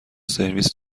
سرویس